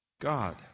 God